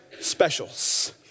specials